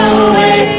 away